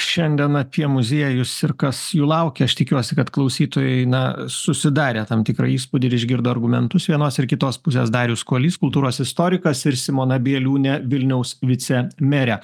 šiandien apie muziejus ir kas jų laukia aš tikiuosi kad klausytojai na susidarė tam tikrą įspūdį ir išgirdo argumentus vienos ir kitos pusės darius kuolys kultūros istorikas ir simona bieliūnė vilniaus vicemerė